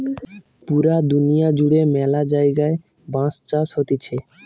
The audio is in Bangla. পুরা দুনিয়া জুড়ে ম্যালা জায়গায় বাঁশ চাষ হতিছে